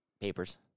papers